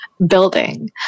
building